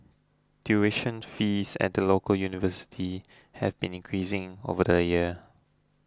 tuition fees at the local universities have been increasing over the years